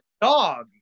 dog